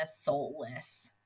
soulless